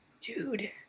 dude